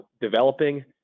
developing